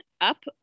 up